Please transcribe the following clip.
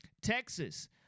Texas